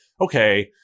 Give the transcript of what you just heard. okay